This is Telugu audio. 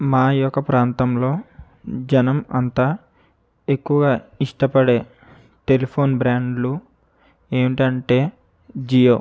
మా యొక్క ప్రాంతంలో జనం అంతా ఎక్కువగా ఇష్టపడే టెలిఫోన్ బ్రాండ్లు ఏంటంటే జియో